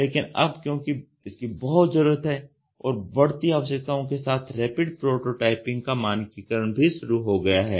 लेकिन अब क्योंकि इसकी बहुत जरूरत है और बढ़ती आवश्यकताओं के साथ रैपिड प्रोटोटाइपिंग का मानकीकरण भी शुरू हो गया है